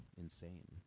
insane